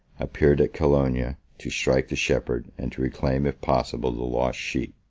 appeared at colonia to strike the shepherd, and to reclaim, if possible, the lost sheep.